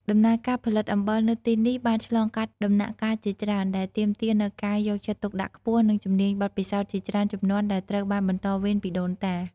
ដំណើរការផលិតអំបិលនៅទីនេះបានឆ្លងកាត់ដំណាក់កាលជាច្រើន ដែលទាមទារនូវការយកចិត្តទុកដាក់ខ្ពស់និងជំនាញបទពិសោធន៍ជាច្រើនជំនាន់ដែលត្រូវបានបន្តវេនពីដូនតា។